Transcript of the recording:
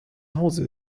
hause